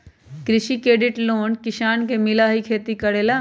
कृषि credit loan किसान के मिलहई खेती करेला?